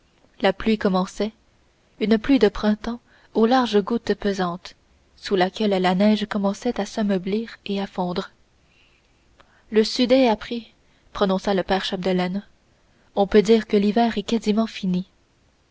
la pluie commençait une pluie de printemps aux larges gouttes pesantes sous laquelle la neige commençait à s'ameublir et à fondre le sudet a pris prononça le père chapdelaine on peut dire que l'hiver est quasiment fini